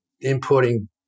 importing